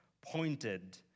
pointed